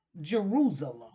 Jerusalem